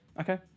Okay